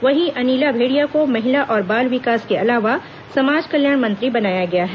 वहीं अनिला भेड़िया को महिला और बाल विकास के अलावा समाज कल्याण मंत्री बनाया गया है